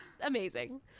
amazing